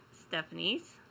Stephanie's